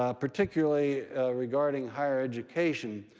ah particularly regarding higher education,